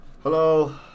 hello